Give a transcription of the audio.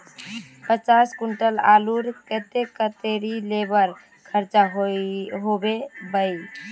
पचास कुंटल आलूर केते कतेरी लेबर खर्चा होबे बई?